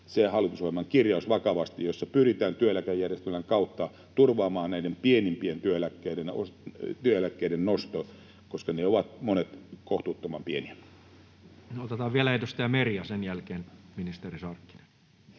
hallitusohjelman kirjaus, jossa pyritään työeläkejärjestelmän kautta turvaamaan näiden pienimpien työeläkkeiden nosto, koska monet niistä ovat kohtuuttoman pieniä. Otetaan vielä edustaja Meri ja sen jälkeen ministeri Sarkkinen.